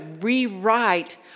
rewrite